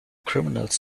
criminals